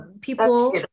people